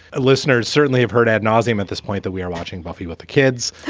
listeners certainly have heard ad nauseum at this point that we are watching buffy with the kids.